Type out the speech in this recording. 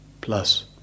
plus